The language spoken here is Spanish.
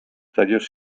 tallos